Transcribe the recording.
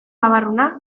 babarruna